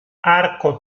arco